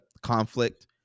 conflict